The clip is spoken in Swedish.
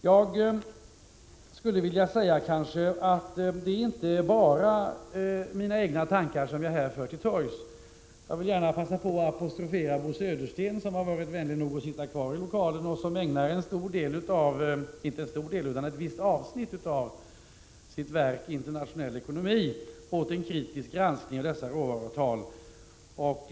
Jag skulle vilja säga att det inte bara är mina egna tankar som jag här för till torgs. Jag vill gärna passa på att apostrofera Bo Södersten, som har varit vänlig nog att sitta kvar i lokalen och som ägnat ett avsnitt av sitt verk Internationell ekonomi åt en kritisk granskning av dessa råvaruavtal.